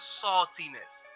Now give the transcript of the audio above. saltiness